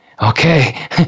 okay